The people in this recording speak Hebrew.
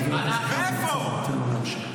אתם מכבידים עליהם עכשיו, משה סעדה.